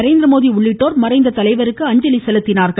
நரேந்திரமோடி உள்ளிட்டோர் மறைந்த தலைவருக்கு அஞ்சலி செலுத்தினார்கள்